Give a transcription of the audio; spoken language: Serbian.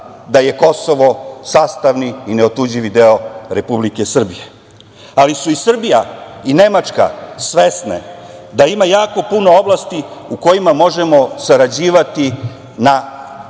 da je Kosovo sastavni i neotuđivi deo Republike Srbije. Ali su i Srbija i Nemačka svesne da ima puno oblasti u kojima možemo sarađivati na dobrobit